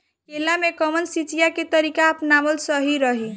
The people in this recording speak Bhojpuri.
केला में कवन सिचीया के तरिका अपनावल सही रही?